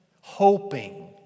hoping